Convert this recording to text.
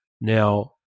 Now